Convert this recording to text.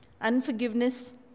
unforgiveness